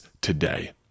today